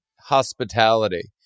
hospitality